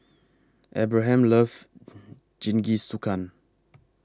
Abraham loves Jingisukan